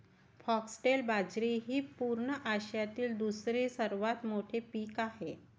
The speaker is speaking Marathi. फॉक्सटेल बाजरी हे पूर्व आशियातील दुसरे सर्वात मोठे पीक आहे